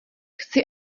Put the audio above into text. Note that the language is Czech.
chci